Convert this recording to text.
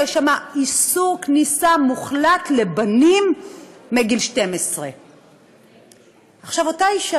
יש שם איסור כניסה מוחלט לבנים מגיל 12. אותה אישה